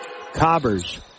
Cobbers